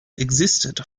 existed